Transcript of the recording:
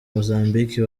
mozambique